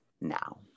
now